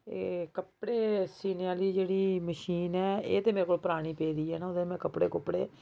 एह् कपड़े सीने आह्ली जेह्ड़ी मशीन ऐ एह् ते मेरे कोल परानी पेदी ऐ निं ओह्दे पर में कपड़े कुपड़े